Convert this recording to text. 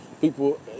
people